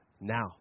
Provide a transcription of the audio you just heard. now